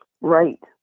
Right